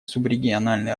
субрегиональные